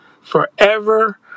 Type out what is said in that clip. forever